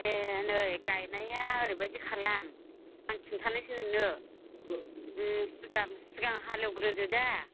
ए नै गायनाया ओरैबायदि खालाम आं खिन्थानोसै नोंनो सिगां सिगां हालेवग्रोदो दा